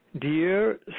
Dear